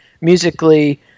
musically